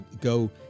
go